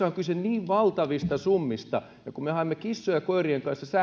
on kyse niin valtavista summista ja kun me haemme kissojen ja koirien kanssa